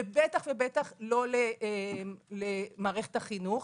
ובטח ובטח לא למערכת החינוך,